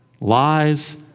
Lies